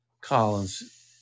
Collins